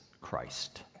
Christ